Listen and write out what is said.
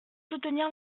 soutenir